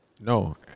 No